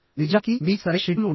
నిజానికి మీకు సరైన షెడ్యూల్ ఉండాలి